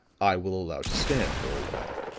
i will allow to stand for a while.